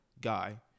guy